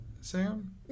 Sam